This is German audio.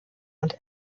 und